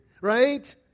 right